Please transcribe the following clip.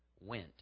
went